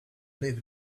live